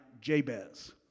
Jabez